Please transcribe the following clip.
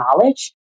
knowledge